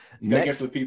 Next